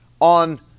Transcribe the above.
on